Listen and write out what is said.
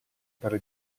per